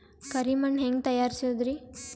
ಕರಿ ಮಣ್ ಹೆಂಗ್ ತಯಾರಸೋದರಿ?